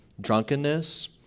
drunkenness